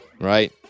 right